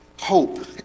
hope